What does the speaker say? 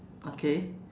okay